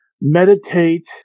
meditate